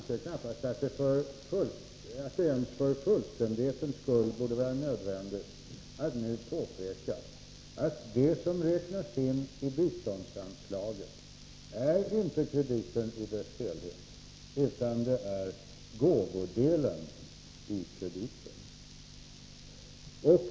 Herr talman! Jag anser knappast att det ens för fullständighetens skull borde vara nödvändigt att nu påpeka att det som räknas in i biståndsanslagen inte är krediter i sin helhet, utan det är gåvodelar i krediten.